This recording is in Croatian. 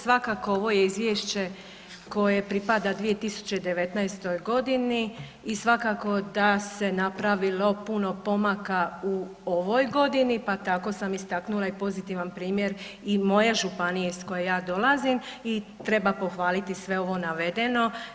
Svakako ovo je izvješće koje pripada 2019. godini i svakako da se napravilo puno pomaka u ovoj godini, pa tako sam istaknula i pozitivan primjer i moje županije iz koje ja dolazim i treba pohvaliti sve ovo navedeno.